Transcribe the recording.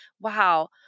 wow